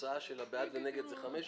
ההצעה לא נתקבלה ותהפוך להסתייגות.